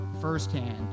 firsthand